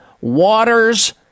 Water's